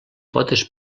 potes